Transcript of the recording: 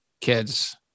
kids